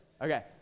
Okay